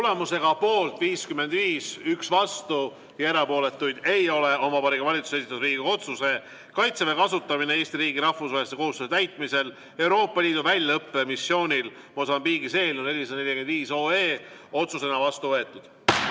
Tulemusega poolt 55, üks vastu ja erapooletuid ei ole, on Vabariigi Valitsuse esitatud Riigikogu otsuse "Kaitseväe kasutamine Eesti riigi rahvusvaheliste kohustuste täitmisel Euroopa Liidu väljaõppemissioonil Mosambiigis" eelnõu 445 otsusena vastu võetud